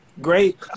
great